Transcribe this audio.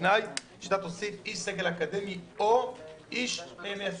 בתנאי שאתה תוסיף איש סגל אקדמי או איש מהישיבות.